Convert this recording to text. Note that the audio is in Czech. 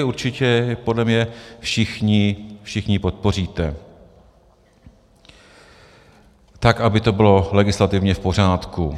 Určitě je podle mě všichni, všichni podpoříte tak, aby to bylo legislativně v pořádku.